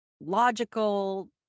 logical